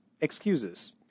excuses